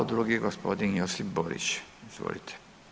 Drugi gospodin Josip Borić, izvolite.